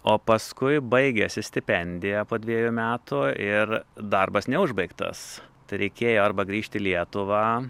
o paskui baigėsi stipendija po dviejų metų ir darbas neužbaigtas tai reikėjo arba grįžti į lietuvą